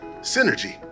synergy